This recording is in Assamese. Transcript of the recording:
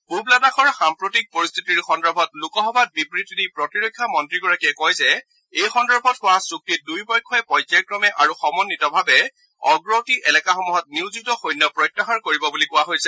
পুৱ লাডাখৰ সাম্প্ৰতিক পৰিস্থিতি সন্দৰ্ভত লোকসভাত বিবৃতি দি প্ৰতিৰক্ষা মন্নীগৰাকীয়ে কয় যে এই সন্দৰ্ভত হোৱা চুক্তিত দুয়োপক্ষই পৰ্যায়ক্ৰমে আৰু সময়িতভাৱে অগ্ৰবৰ্তী এলেকাসমূহত নিয়োজিত সৈন্য প্ৰত্যাহাৰ কৰিব বুলি কোৱা হৈছে